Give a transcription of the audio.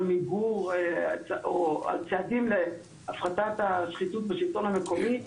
מיגור או צעדים להפחתת השחיתות בשלטון המקומי,